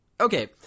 Okay